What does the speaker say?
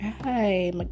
Hi